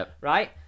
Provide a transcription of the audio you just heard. right